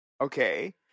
Okay